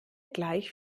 gleich